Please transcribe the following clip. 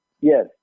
Yes